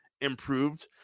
improved